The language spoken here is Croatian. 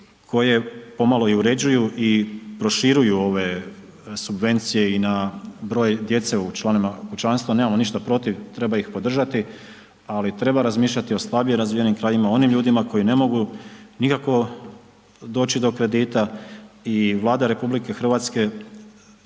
koje pomalo i uređuju i proširuju ove subvencije i na broj djece u članovima kućanstva nemamo ništa protiv, treba ih podržati, ali treba razmišljati o slabije razvijenim krajevima o onim ljudima koji ne mogu nikako doći do kredita i Vlada RH tj. njeni